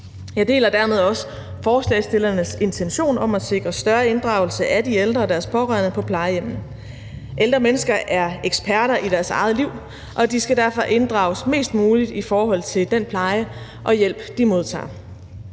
Jeg deler dermed også forslagsstillernes intention om at sikre større inddragelse af de ældre og deres pårørende på plejehjemmene. Ældre mennesker er eksperter i deres eget liv, og de skal derfor inddrages mest muligt i forhold til den pleje og hjælp, de modtager.